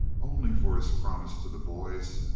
only for his promise to the boys,